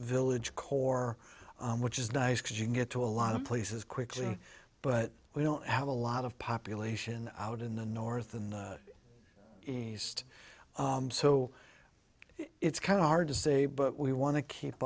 village core which is nice because you can get to a lot of places quickly but we don't have a lot of population out in the north and east so it's kind of hard to say but we want to keep